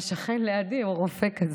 והשכן לידי הוא רופא כזה,